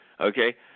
Okay